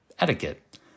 Etiquette